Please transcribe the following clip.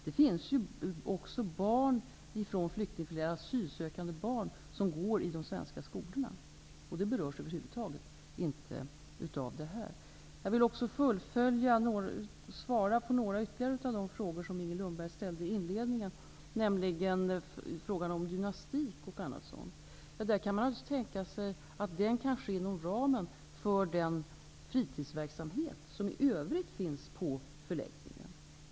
Det finns också asylsökande barn från flyktingförläggningarna som går i de svenska skolorna. Dessa berörs över huvud taget inte av det här. Jag vill också svara på ytterligare några av de frågor som Inger Lundberg ställde i inledningen. Det gällde frågan om gymnastik m.m. Där kan man tänka sig att den kan ske inom ramen för den fritidsverksamhet som i övrigt finns på förläggningen.